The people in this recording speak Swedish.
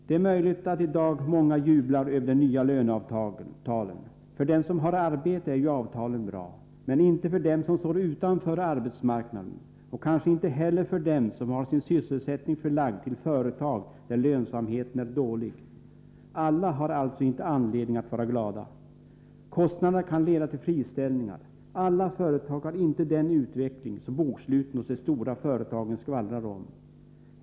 Det är möjligt att många i dag jublar över de nya löneavtalen. För dem som har arbete är ju avtalen bra, men inte för dem som står utanför arbetsmarknaden och kanske inte heller för dem som har sin sysselsättning förlagd till företag där lönsamheten är dålig. Alla har alltså inte anledning att vara glada. Kostnaderna kan leda till friställningar. Alla företag har inte den utveckling som boksluten hos de stora företagen skvallrar om.